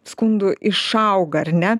skundų išauga ar ne